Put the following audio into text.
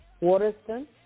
Waterston